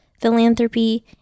philanthropy